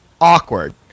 awkward